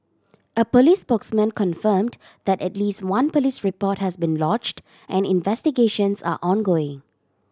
a police spokesman confirmed that at least one police report has been lodged and investigations are ongoing